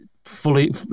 fully